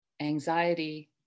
Anxiety